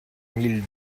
mille